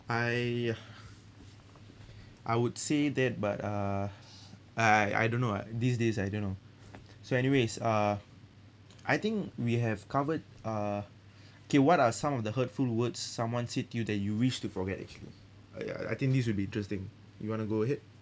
I I would say that but uh I I don't know ah these days I don't know so anyway uh I think we have covered uh okay what are some of the hurtful words someone said to you that you wish to forget actually I I think this will be interesting you wanna go ahead